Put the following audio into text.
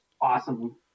awesome